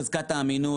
חזקת האמינות,